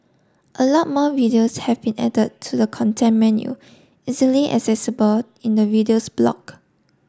a lot more videos have been added to the content menu easily accessible in the videos block